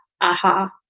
aha